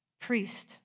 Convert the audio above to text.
priest